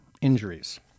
injuries